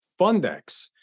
Fundex